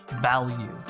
value